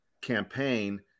campaign